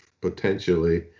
potentially